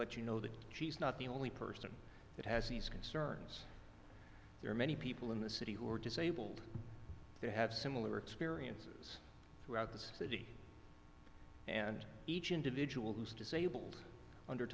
let you know that she's not the only person that has these concerns there are many people in the city who are disabled they have similar experiences throughout the city and each individual who is disabled under